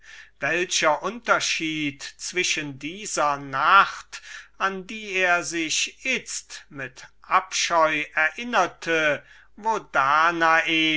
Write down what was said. ein unterschied zwischen jener nacht an die er sich itzt mit abscheu erinnerte wo danae